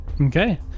Okay